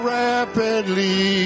rapidly